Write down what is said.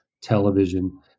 television